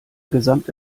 gesamte